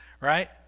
Right